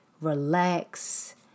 relax